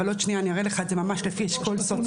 אבל עוד שנייה אני אראה לך את זה ממש לפי אשכול סוציואקונומי,